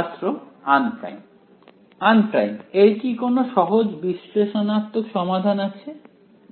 ছাত্র unprime unprime এর কি কোন সহজ বিশ্লেষণাত্মক সমাধান আছে